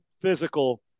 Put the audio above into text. physical